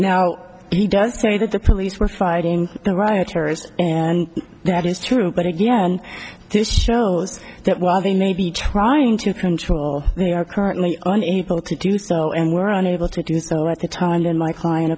now he does say that the police were fighting the rioters and that is true but again this shows that while they may be trying to control they are currently unable to do so and were unable to do so at the time when my client